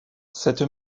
cette